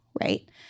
right